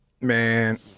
man